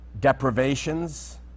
deprivations